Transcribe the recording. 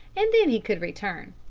and then he could return.